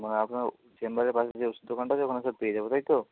মানে আপনার চেম্বারের পাশে যে ওষুধ দোকানটা আছে ওখানে সব পেয়ে যাবো তাই তো